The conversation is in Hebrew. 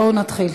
בואו נתחיל.